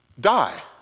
die